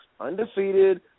undefeated